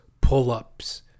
pull-ups